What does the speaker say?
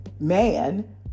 man